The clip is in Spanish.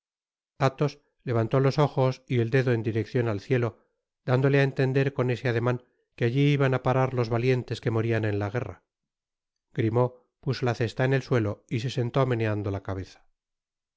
alhos levantó los ojos y el dedo en direccion al cielo dándole á entender con ese ademan que alli iban á parar los valientes que morian en la guerra grimaud puso la cesta en el suelo y se sentó meneando la cabeza